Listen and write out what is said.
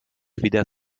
wieder